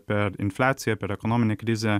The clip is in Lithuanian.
per infliaciją per ekonominę krizę